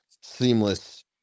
seamless